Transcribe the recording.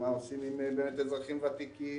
מה עושים עם אזרחים ותיקים,